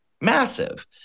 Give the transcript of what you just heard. massive